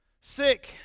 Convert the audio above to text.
sick